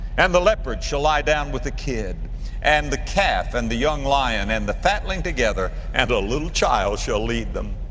and the leopard shall lie down with the kid and the calf and the young lion and the fatling together and a little child shall lead them.